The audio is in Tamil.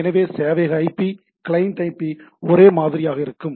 எனவே சேவையக ஐபி கிளையன்ட் ஐபி ஒரே மாதிரியாக இருக்கும்